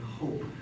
hope